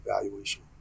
evaluation